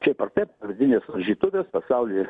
šiaip ar taip vidinės varžytuvės pasaulyje